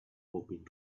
hoping